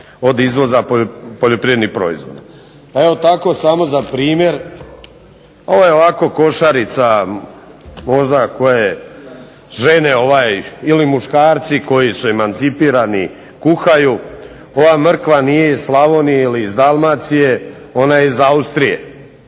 od izvoza poljoprivrednih proizvoda. Tako samo za primjer, ovo je ovako košarica možda koju žene ili muškarci koji su emancipirani kuhaju, ova mrkva nije iz Slavonije ili Dalmacije, ona je iz Austrije